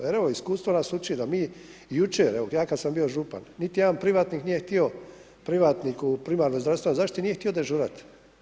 Jer evo iskustvo nas uči da mi jučer, evo ja kada sam bio župan niti jedan privatnik nije htio privatnik u primarnoj zdravstvenoj zaštiti nije htio dežurati.